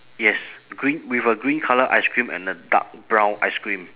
yes green with a green colour ice cream and a dark brown ice cream